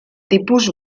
tipus